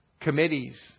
committees